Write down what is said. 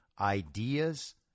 ideas